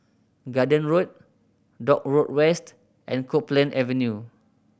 Garden Road Dock Road West and Copeland Avenue